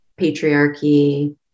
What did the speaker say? patriarchy